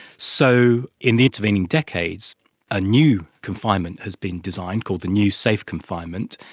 so in the intervening decades a new confinement has been designed called the new safe confinement.